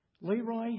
Leroy